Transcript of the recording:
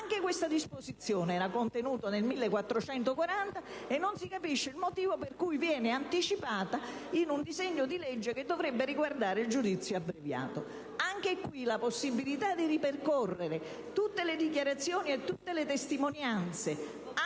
Anche questa disposizione era contenuta nell'Atto Senato n. 1440, e non si capisce il motivo per cui venga anticipata in un disegno di legge che dovrebbe riguardare il giudizio abbreviato. Anche qui, la possibilità di ripercorrere tutte le dichiarazioni e tutte le testimonianze,